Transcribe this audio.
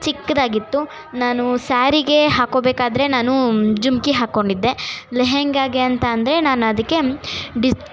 ಚಿಕ್ದಾಗಿತ್ತು ನಾನು ಸ್ಯಾರಿಗೆ ಹಾಕ್ಕೊಬೇಕಾದರೆ ನಾನು ಜುಮಕಿ ಹಾಕ್ಕೊಂಡಿದ್ದೆ ಲೆಹೆಂಗಾಗೆ ಅಂಥದ್ದೇ ನಾನು ಅದಕ್ಕೆ ಡಿಸ್